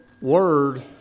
word